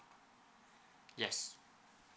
yes